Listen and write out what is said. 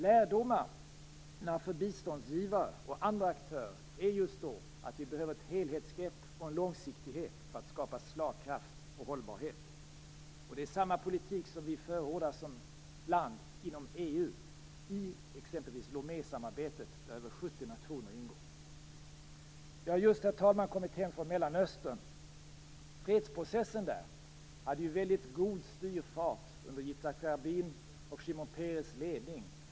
Lärdomarna för biståndsgivare och andra aktörer är just att vi behöver ett helhetsgrepp och en långsiktighet för att skapa slagkraft och hållbarhet. Det är samma politik som vi förordar som land inom EU i t.ex. Lomésamarbetet, där över 70 nationer ingår. Herr talman! Jag har just kommit hem från Mellanöstern. Fredsprocessen där hade ju väldigt god styrfart under Jitzak Rabins och Shinom Peres ledning.